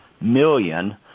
million